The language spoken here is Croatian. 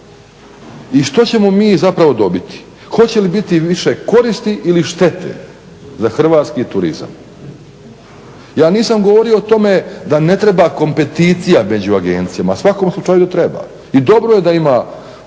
I što ćemo mi zapravo dobiti? Hoće li biti više koristi ili štete za hrvatski turizam? Ja nisam govorio o tome da ne treba kompeticija među agencijama. U svakom slučaju treba i dobro je da ima,